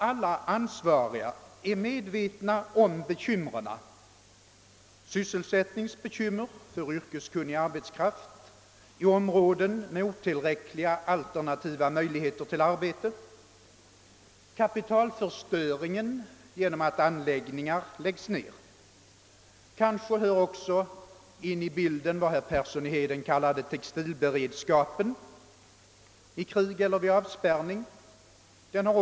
Alla ansvariga är ju medvetna om bekymren — sysselsättningsbekymmer för yrkeskunnig arbetskraft i områden med otillräckliga alternativa möjligheter till ar bete, kapitalförstöringen genom att anläggningar läggs ned. — Kanske hör också det som herr Persson i Heden kallade textilberedskapen i krig eller vid avspärrning till bilden.